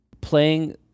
playing